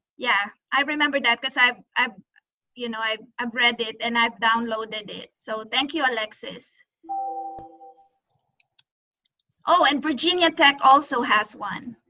yeah, i remember that cause i've um you know i've read it and i've downloaded it, so thank you, alexis. oh oh and virginia tech also has one.